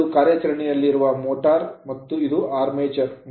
ಇದು ಕಾರ್ಯಾಚರಣೆಯಲ್ಲಿರುವ motor motor ಮತ್ತು ಇದು armature ಆರ್ಮೇಚರ್